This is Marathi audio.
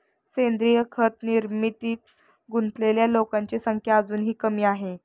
सेंद्रीय खत निर्मितीत गुंतलेल्या लोकांची संख्या अजूनही कमी आहे